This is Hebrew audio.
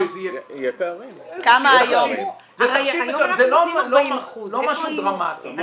זה לא משהו דרמטי.